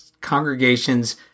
congregations